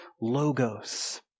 Logos